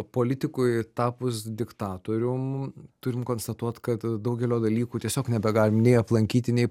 politikui tapus diktatorium turim konstatuot kad daugelio dalykų tiesiog nebegalim nei aplankyti nei